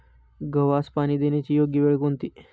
गव्हास पाणी देण्याची योग्य वेळ कोणती?